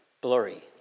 Blurry